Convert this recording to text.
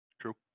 True